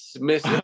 miss